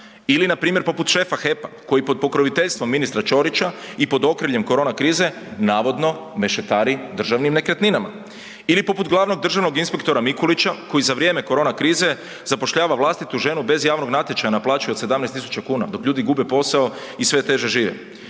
ili npr. poput šefa HEP-a koji pod pokroviteljstvom ministra Ćorića i pod okriljem korona krize navodno mešetari državnim nekretninama ili poput glavnog državnog inspektora Mikulića koji za vrijeme korona krize zapošljava vlastitu ženu bez javnog natječaja na plaći od 17.000 kuna dok ljudi gube posao i sve teže žive?